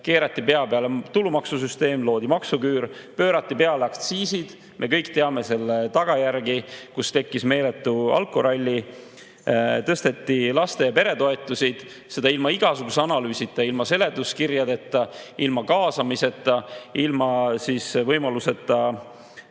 Keerati pea peale tulumaksusüsteem, loodi maksuküür, pöörati [pea] peale aktsiisid – me kõik teame selle tagajärge, tekkis meeletu alkoralli –, tõsteti laste‑ ja peretoetusi ilma igasuguse analüüsita ja ilma seletuskirjadeta, ilma kaasamiseta, ilma võimaluseta